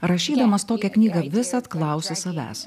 rašydamas tokią knygą visad klausi savęs